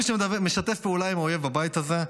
כל מי שמשתף פעולה עם האויב בבית הזה,